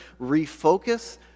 refocus